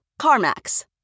CarMax